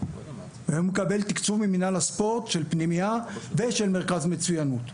הוא מקבל תקצוב ממנהל הספורט של פנימייה ושל מרכז מצוינות.